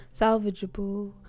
salvageable